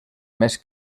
mes